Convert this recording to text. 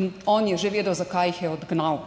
in on je že vedel, zakaj jih je odgnal.